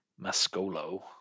Mascolo